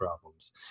problems